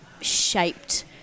shaped